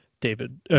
David –